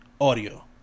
Audio